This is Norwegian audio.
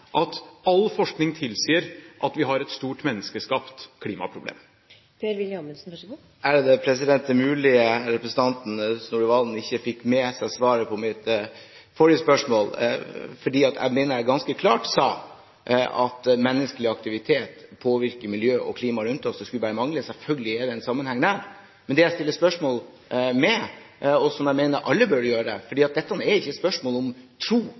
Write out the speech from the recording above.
at all forskning tilsier at vi har et stort, menneskeskapt klimaproblem? Det er mulig representanten Snorre Serigstad Valen ikke fikk med seg svaret på mitt forrige spørsmål, for jeg mener jeg sa ganske klart at menneskelig aktivitet påvirker miljøet og klimaet rundt oss. Det skulle bare mangle – selvfølgelig er det en sammenheng der. Men jeg stiller spørsmål rundt dette, som jeg mener alle burde gjøre, for dette er ikke et spørsmål om tro,